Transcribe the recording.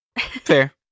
Fair